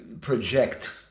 project